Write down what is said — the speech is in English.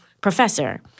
professor